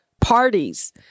parties